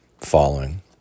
following